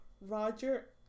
Roger